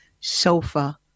sofa